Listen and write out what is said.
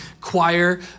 choir